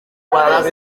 quadres